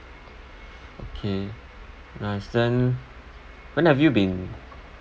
okay then when have you been